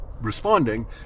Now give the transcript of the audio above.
responding